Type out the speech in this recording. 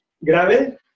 grave